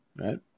right